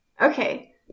Okay